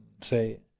say